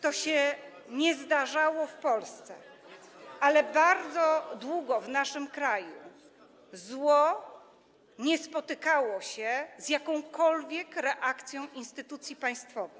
To się nie zdarzało w Polsce, ale bardzo długo w naszym kraju [[Poruszenie na sali]] zło nie spotykało się z jakąkolwiek reakcją instytucji państwowych.